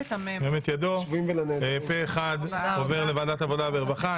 הצבעה אושר פה-אחד, עובר לוועדת העבודה והרווחה.